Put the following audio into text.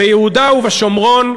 ביהודה ובשומרון,